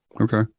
Okay